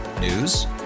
News